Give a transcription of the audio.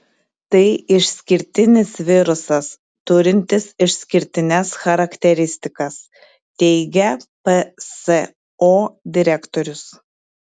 tai išskirtinis virusas turintis išskirtines charakteristikas teigia pso direktorius